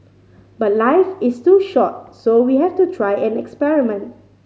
but life is too short so we have to try and experiment